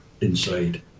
inside